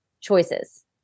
choices